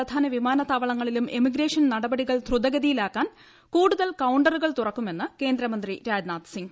രാജ്യത്തെ എല്ലാ പ്രധാന വിമാനത്താവളങ്ങളിലും എമിഗ്രേഷൻ നടപടികൾ ധ്രുതഗതിയിലാക്കാൻ കൂടുതൽ കൌണ്ടറുകൾ തുറക്കുമെന്ന് കേന്ദ്രമന്ത്രി രാജ്നാഥ് സിംഗ്